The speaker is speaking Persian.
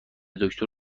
دکتر